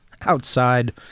outside